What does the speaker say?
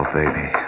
baby